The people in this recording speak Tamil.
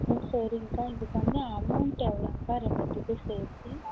ம் சரிங்கக்கா இதுக்கு வந்து அமௌண்ட் எவ்வளோங்கக்கா ரெண்டுத்துக்கும் சேர்த்தி